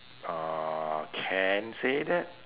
uhh can say that